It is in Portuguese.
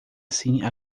assim